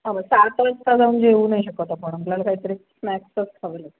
हां बघ सात वाजता जाऊन जेवू नाही शकत आपण आपल्याला काही तरी स्नॅक्सच खावे लागती